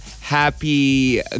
Happy